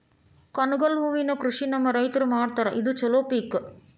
ಕನಗಲ ಹೂವಿನ ಕೃಷಿ ನಮ್ಮ ರೈತರು ಮಾಡತಾರ ಇದು ಚಲೋ ಪಿಕ